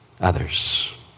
others